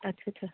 ਅੱਛਾ ਅੱਛਾ